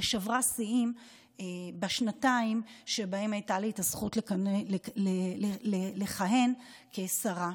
ששברה שיאים בשנתיים שבהן הייתה לי הזכות לכהן כשרה.